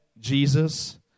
Jesus